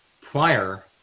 prior